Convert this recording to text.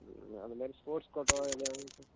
ம் அது மாதிரி ஸ்போட்ர்ஸ் கோட்டா எதுலையாவது சார்